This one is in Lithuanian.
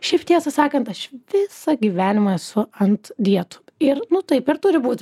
šiaip tiesą sakant aš visą gyvenimą esu ant dietų ir nu taip ir turi būt